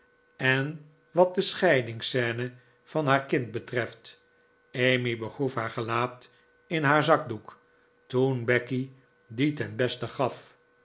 en wat de scheidingsscene van haar kind betreft emmy begroef haar gelaat in haar zakdoek toen becky die ten beste gaf